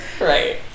Right